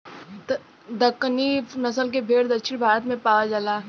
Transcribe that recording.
दक्कनी नसल के भेड़ दक्षिण भारत में पावल जाला